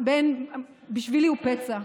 בשבילי זה פצע,